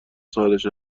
سالش